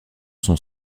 son